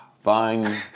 Fine